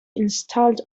installed